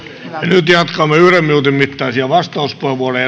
nyt jatkamme yhden minuutin mittaisia vastauspuheenvuoroja